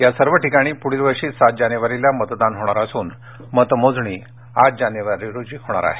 या सर्व ठिकाणी पुढील वर्षी सात जानेवारीला मतदान होणार असून मतमोजणी आठ जानेवारीला होईल